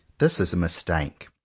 this is a mistake.